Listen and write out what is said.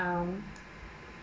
um